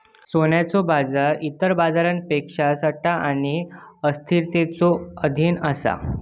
सोन्याचो बाजार इतर बाजारांप्रमाणेच सट्टा आणि अस्थिरतेच्यो अधीन असा